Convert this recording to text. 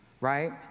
right